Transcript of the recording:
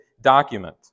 document